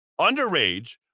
underage